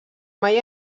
mai